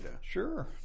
Sure